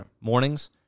mornings